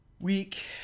week